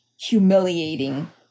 humiliating